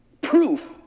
proof